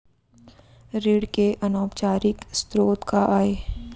ऋण के अनौपचारिक स्रोत का आय?